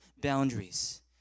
boundaries